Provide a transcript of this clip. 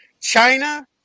China